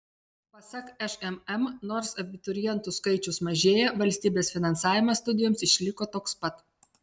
pasak šmm nors abiturientų skaičius mažėja valstybės finansavimas studijoms išliko toks pat